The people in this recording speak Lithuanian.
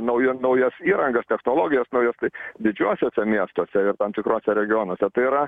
nauja naujas įrangas technologijas naujas tai didžiuosiuose miestuose ir tam tikruose regionuose tai yra